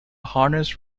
harness